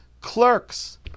Clerks